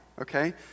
okay